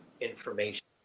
information